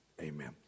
amen